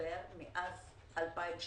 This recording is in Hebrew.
המצטבר מאז 2016